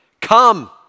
Come